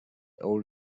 old